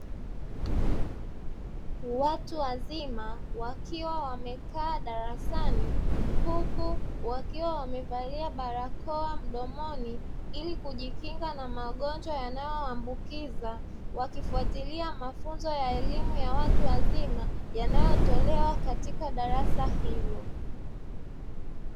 Watu wazima wakiwa wamekaaa darasani huku wakiwa wamevalia barakoa mdomoni ili kujikinga na magonjwa yanayoambukiza, wakifuatilia mafunzo ya elimu ya watu wazima yanayotolewa katika darasa hilo.